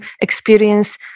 experience